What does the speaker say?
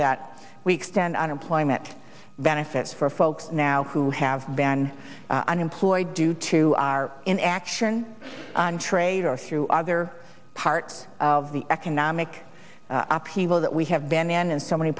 that we extend unemployment benefits for folks now who have been unemployed due to our inaction on trade or through other parts of the economic upheaval that we have been in in so many